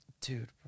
dude